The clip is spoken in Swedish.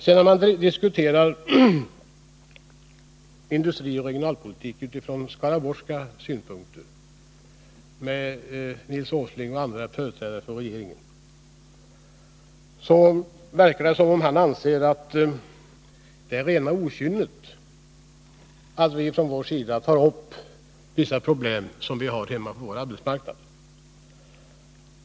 När man med Nils Åsling och andra företrädare för regeringen diskuterar Nr 50 industrioch regionalpolitik utifrån skaraborgska synpunkter verkar det som om de anser att det är rena okynnet att vi tar upp vissa problem som vi har hemma på vår arbetsmarknad.